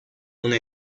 una